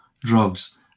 drugs